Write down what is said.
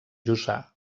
jussà